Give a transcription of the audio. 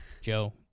Joe